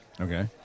Okay